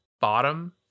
bottom